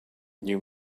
you